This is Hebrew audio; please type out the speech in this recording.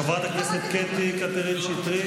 חברת הכנסת קטי קטרין שטרית?